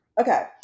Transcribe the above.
okay